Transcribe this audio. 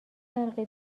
فرقی